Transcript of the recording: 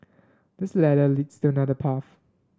this ladder leads to another path